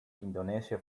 indonesia